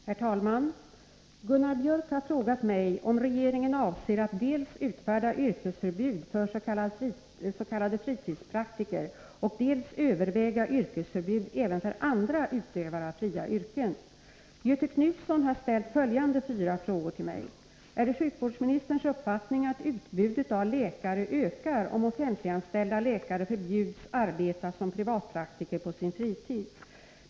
Herr talman! Gunnar Biörck i Värmdö har frågat mig om regeringen avser att dels utfärda yrkesförbud för s.k. fritidspraktiker, dels överväga yrkesförbud även för andra utövare av fria yrken. Göthe Knutson har ställt följande fyra frågor till mig: Är det sjukvårdsministerns uppfattning att utbudet av läkare ökar om offentliganställda läkare förbjuds arbeta som privatpraktiker på sin fritid?